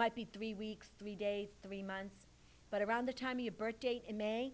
might be three weeks three days three months but around the time your birth date in may